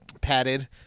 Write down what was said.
padded